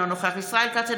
אינו נוכח ישראל כץ,